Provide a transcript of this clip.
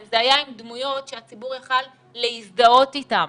אם זה היה עם דמויות שהציבור יכול היה להזדהות איתם,